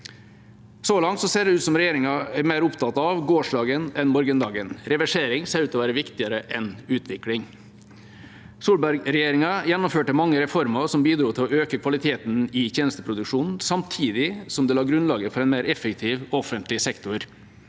Så langt ser det ut som regjeringa er mer opptatt av gårsdagen enn morgendagen. Reversering ser ut til å være viktigere enn utvikling. Solberg-regjeringa gjennomførte mange reformer som bidro til å øke kvaliteten i tjenesteproduksjonen, samtidig som de la grunnlaget for en mer effektiv offentlig sektor.